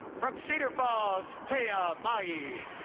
from cedar falls tayah mahi.